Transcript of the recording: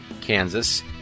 Kansas